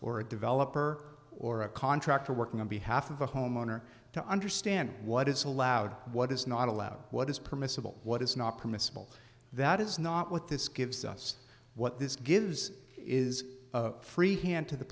or a developer or a contractor working on behalf of the homeowner to understand what is allowed what is not allowed what is permissible what is not permissible that is not what this gives us what this gives is free hand to the